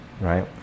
Right